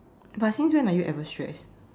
but since when are you ever stressed